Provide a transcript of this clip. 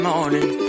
morning